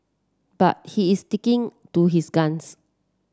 but he is sticking to his guns